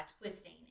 twisting